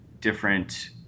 different